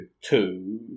two